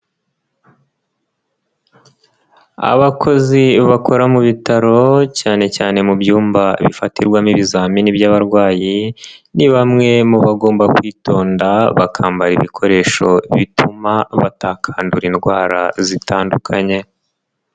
Abakozi bakora mu bitaro cyane cyane mu byumba bifatirwamo ibizamini by'abarwayi ni bamwe mu bagomba kwitonda bakambara ibikoresho bituma batakandura indwara zitandukanye.